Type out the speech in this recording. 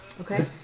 Okay